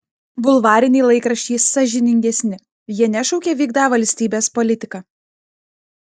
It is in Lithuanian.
bulvariniai laikraščiai sąžiningesni jie nešaukia vykdą valstybės politiką